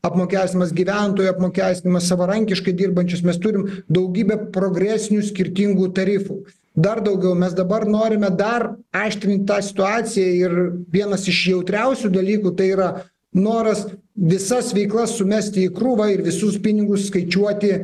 apmokestinimas gyventojų apmokestinimas savarankiškai dirbančius mes turim daugybę progresinių skirtingų tarifų dar daugiau mes dabar norime dar aštrint tą situaciją ir vienas iš jautriausių dalykų tai yra noras visas veiklas sumesti į krūvą ir visus pinigus skaičiuoti